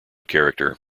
character